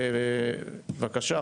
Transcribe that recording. בבקשה.